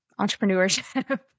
entrepreneurship